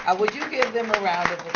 and would you give them a round